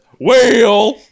whale